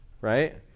Right